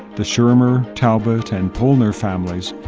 the shermer, talbot and pollner families,